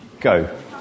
go